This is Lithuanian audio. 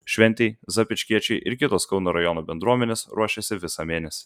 šventei zapyškiečiai ir kitos kauno rajono bendruomenės ruošėsi visą mėnesį